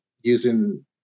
using